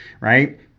right